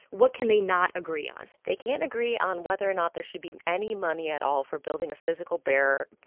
what can they not agree on? they can't agree on whether or not there should be any money at all for building a physical bear.